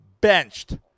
benched